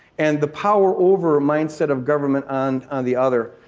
and the power over mindset of government on the other.